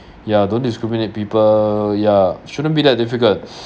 ya don't discriminate people ya shouldn't be that difficult